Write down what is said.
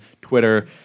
Twitter